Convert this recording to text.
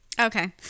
Okay